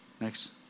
Next